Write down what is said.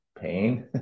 pain